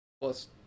plus